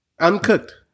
Uncooked